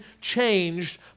changed